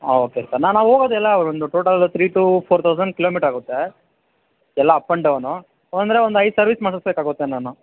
ಹಾಂ okay sir ನಾ ನಾವೋಗೋದೆಲ್ಲ ಒಂದು total three two four thousand kilometre ಆಗುತ್ತೆ ಎಲ್ಲ ಅಪ್ ಆ್ಯಂಡ್ ಡೌನು ಅಂದರೆ ಒಂದೈದು ಸರ್ವಿಸ್ ಮಾಡಿಸಬೇಕಾಗುತ್ತೆ ನಾನು